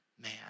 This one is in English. man